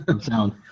sound